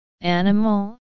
animal